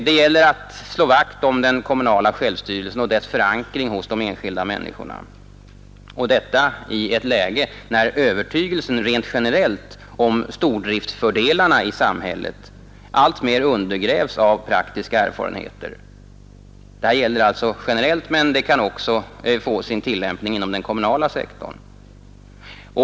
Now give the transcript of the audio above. Det gäller att slå vakt om den kommunala självstyrelsen och dess förankring hos de enskilda människorna, och detta i ett läge när övertygelsen rent generellt om stordriftsfördelarna i samhället alltmer undergrävs av praktiska erfarenheter. Detta gäller alltså generellt, men det kan också få sin tillämpning inom den kommunala sektorn.